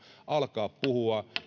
alkaa puhua